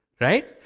Right